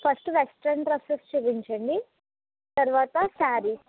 first western dresses చూపించండి తర్వాత శారీస్